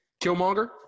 Killmonger